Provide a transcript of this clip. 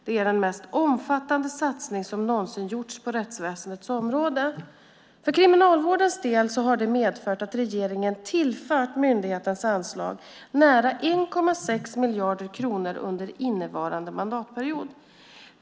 Det är den mest omfattande satsning som någonsin gjorts på rättsväsendets område. För Kriminalvårdens del har detta medfört att regeringen tillfört myndighetens anslag nära 1,6 miljarder kronor under innevarande mandatperiod.